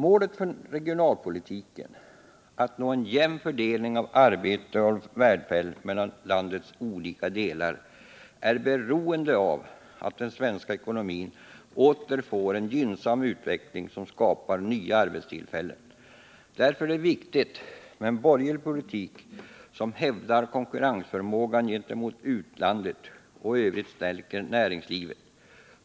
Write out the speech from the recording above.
Målet för regionalpolitiken, att nå en jämn fördelning av arbete och välfärd mellan landets olika delar, är beroende av att den svenska ekonomin åter får en gynnsam utveckling som skapar nya arbetstillfällen. Därför är det viktigt med en borgerlig politik som hävdar konkurrensförmågan gentemot utlandet och i övrigt stärker näringslivet,